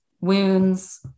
wounds